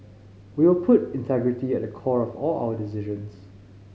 we will put integrity at the core of all our decisions